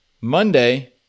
Monday